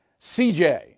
CJ